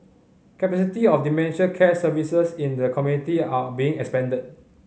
capacity of dementia care services in the community are being expanded